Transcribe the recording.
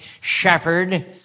shepherd